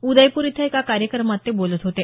उदयपूर इथं एका कार्यक्रमात ते बोलत होते